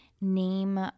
Name